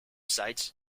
sites